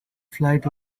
flight